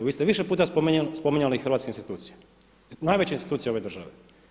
Vi ste više puta spominjali hrvatske institucije, najveće institucije ove države.